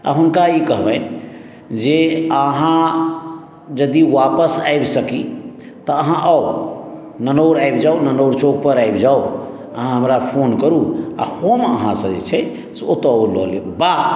आ हुनका ई कहबनि जे अहाँ यदि वापस आबि सकी तऽ अहाँ आउ ननौर आबि जाओ ननौर चौक पर आबि जाओ अहाँ हमरा फोन करू आओर हम अहाँसे जे छै से ओत्तो ओ लऽ लेब बा